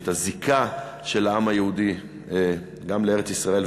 את הזיקה של העם היהודי גם לארץ-ישראל,